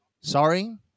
Sorry